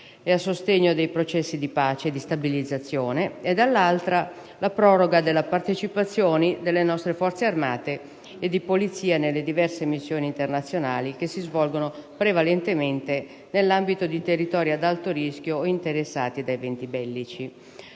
e a sostegno dei processi di pace e di stabilizzazione e, dall'altra, la proroga della partecipazione delle nostre Forze armate e di polizia a diverse missioni internazionali che si svolgono prevalentemente nell'ambito di territori ad alto rischio o interessati da eventi bellici.